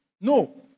No